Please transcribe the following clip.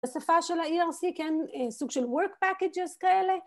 בשפה של ה-ERC כן סוג של work packages כאלה